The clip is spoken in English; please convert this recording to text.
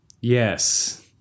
Yes